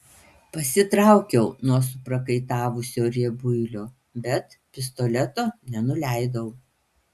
pasitraukiau nuo suprakaitavusio riebuilio bet pistoleto nenuleidau